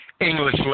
English